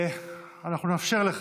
אנחנו נאפשר לך,